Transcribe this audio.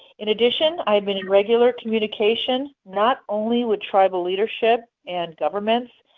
in addition, i have been in regular communication not only with tribal leadership and governments,